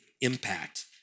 impact